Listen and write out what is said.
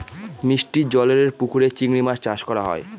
মিষ্টি জলেরর পুকুরে চিংড়ি মাছ চাষ করা হয়